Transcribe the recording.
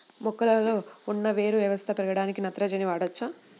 మొక్కలో ఉన్న వేరు వ్యవస్థ పెరగడానికి నత్రజని వాడవచ్చా?